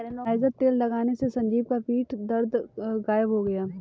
niger तेल लगाने से संजीव का पीठ दर्द गायब हो गया